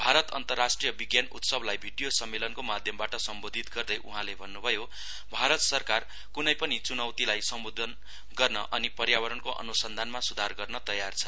भारत अन्तरराष्ट्रिय विज्ञान उत्सवलाई भिडियो सम्मेलनको माध्यमबाट सम्बोधित गर्दै उहाँले भन्नुभयो भारत सरकार कुनै पनि चुनौतीहरूलाई सम्बोधन गर्न अनि पर्यावरणको अनुसन्धानमा सुधार गर्न तयार छ